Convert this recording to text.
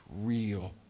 real